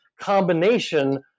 combination